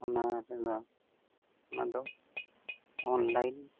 ᱚᱱᱟ ᱨᱮᱫᱚ ᱚᱱᱟ ᱫᱚ ᱚᱱᱞᱟᱭᱤᱱ